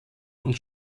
und